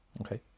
Okay